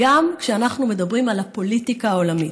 גם כשאנחנו מדברים על הפוליטיקה העולמית.